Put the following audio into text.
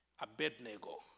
Abednego